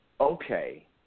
okay